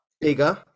bigger